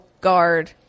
guard